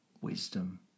wisdom